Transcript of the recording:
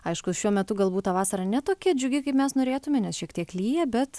aišku šiuo metu galbūt ta vasara ne tokia džiugi kaip mes norėtume nes šiek tiek lyja bet